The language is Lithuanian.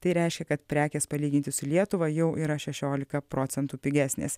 tai reiškia kad prekės palyginti su lietuva jau yra šešiolika procentų pigesnės